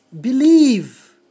Believe